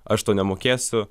aš to nemokėsiu